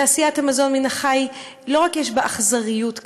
תעשיית המזון מן החי, לא רק שיש בה אכזריות קשה,